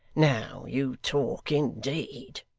now you talk, indeed